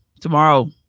Tomorrow